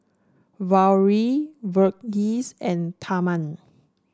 Gauri Verghese and Tharman